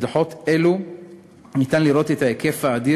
בדוחות אלו ניתן לראות את ההיקף האדיר